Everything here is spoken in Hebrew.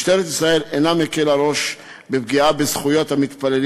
משטרת ישראל אינה מקִלה ראש בפגיעה בזכויות המתפללים